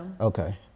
okay